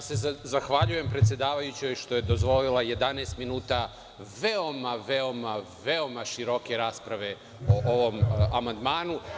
Ja se zahvaljujem predsedavajućoj što je dozvolila 11 minuta veoma, veoma, veoma široke rasprave o ovom amandmanu.